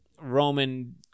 Roman